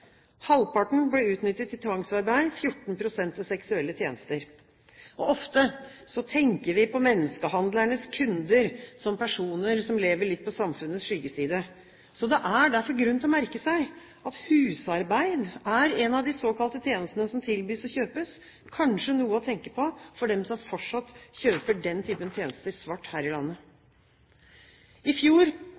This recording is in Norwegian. Halvparten ble utnyttet til tvangsarbeid, 14 pst. til seksuelle tjenester. Ofte tenker vi på menneskehandlernes kunder som personer som lever litt på samfunnets skyggeside. Det er derfor grunn til å merke seg at husarbeid er en av de såkalte tjenestene som tilbys og kjøpes – kanskje noe å tenke på for dem som fortsatt kjøper den typen tjenester svart her i landet. I fjor